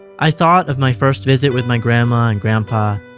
i thought of my first visit with my grandma and grandpa,